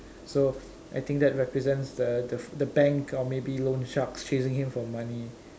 so I think that represents the the bank or maybe loan sharks chasing him for money